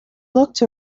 looked